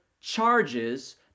charges